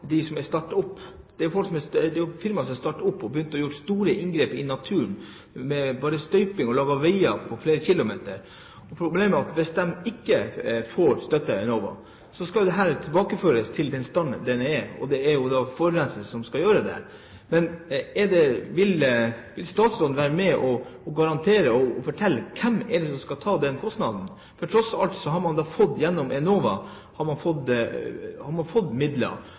som har startet opp. Det er firmaer som har startet opp, har begynt å gjøre store inngrep i naturen med støping, og de har laget veier på flere kilometer. Problemet er at hvis de ikke får støtte av Enova, så skal dette tilbakeføres til den stand det var, og det er forurenser som skal gjøre det. Men vil statsråden være med på å garantere og fortelle hvem det er som skal ta den kostnaden? For tross alt har man fått midler gjennom Enova som antakelig blir trukket tilbake. Så kan statsråden svare meg på det spørsmålet jeg har